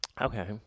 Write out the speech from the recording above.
Okay